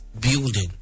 building